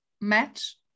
match